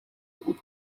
بود